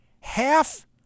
Half